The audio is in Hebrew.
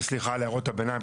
סליחה על הערות הביניים,